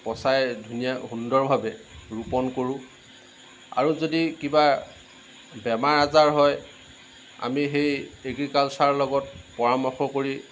পচাই ধুনীয়া সুন্দৰভাৱে ৰোপণ কৰোঁ আৰু যদি কিবা বেমাৰ আজাৰ হয় আমি সেই এগ্ৰিকালচাৰ লগত পৰামৰ্শ কৰি